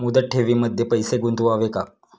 मुदत ठेवींमध्ये पैसे गुंतवावे का?